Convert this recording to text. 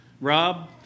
Rob